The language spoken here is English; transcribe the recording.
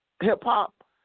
hip-hop